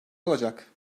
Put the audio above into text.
olacak